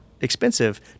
expensive